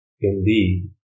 Indeed